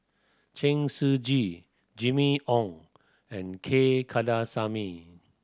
Chen Shiji Jimmy Ong and K Kandasamy